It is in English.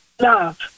Love